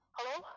Hello